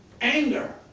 Anger